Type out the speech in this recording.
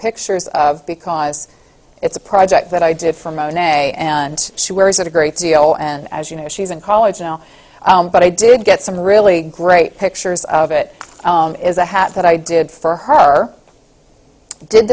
pictures of because it's a project that i did for monet and she wears it a great deal and as you know she's in college now but i did get some really great pictures of it is a hat i did for her did